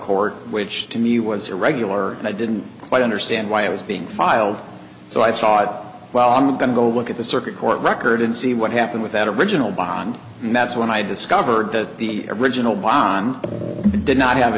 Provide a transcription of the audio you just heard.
court which to me was irregular and i didn't quite understand why it was being filed so i thought well i'm going to go look at the circuit court record and see what happened with that original bond and that's when i discovered that the original bond did not have a